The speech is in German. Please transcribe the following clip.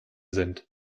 sind